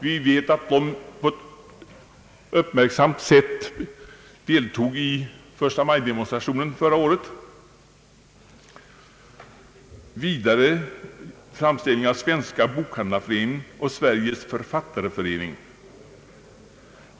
Vi vet att den på ett uppmärksammat sätt deltog i förstamajdemonstrationen förra året. Vidare vill jag hänvisa till framställning av Svenska bokhandlareföreningen och Sveriges författareförening.